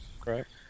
correct